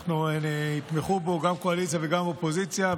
ושיתמכו בו גם קואליציה וגם אופוזיציה,